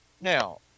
Now